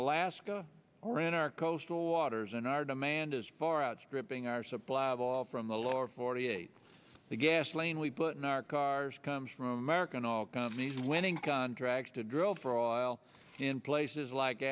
alaska or in our coastal waters and our demand is far outstripping our supply of oil from the lower forty eight the gasoline we put in our cars comes from american auto companies winning contracts to drill for oil in places like